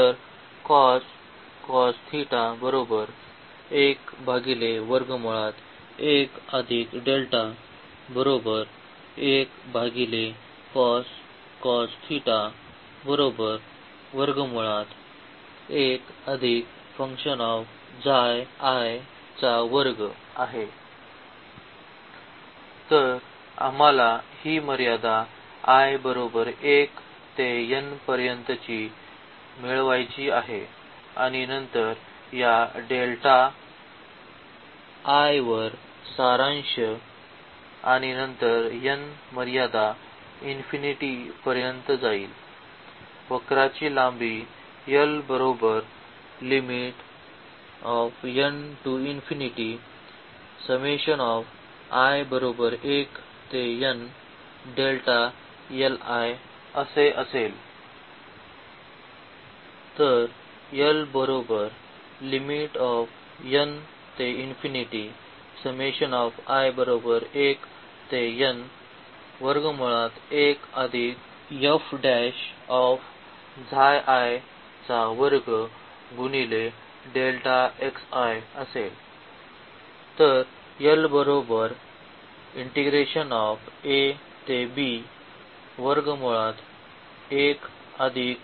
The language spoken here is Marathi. तर आम्हाला ही मर्यादा i 1 ते n पर्यंत मिळवायची आहे आणि नंतर या डेल्टा l i वर सारांश आणि नंतर ही n मर्यादा पर्यंत जाईल